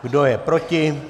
Kdo je proti?